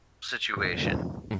situation